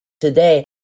today